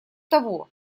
того